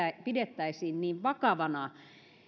pidettäisiin niin vakavana